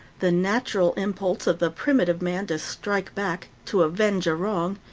the natural impulse of the primitive man to strike back, to avenge a wrong,